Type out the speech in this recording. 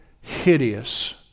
hideous